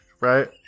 right